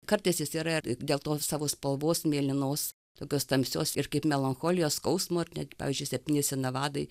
kartais jis yra ir dėl tos savo spalvos mėlynos tokios tamsios ir kaip melancholijos skausmo ir net pavyzdžiui septyni sinavadai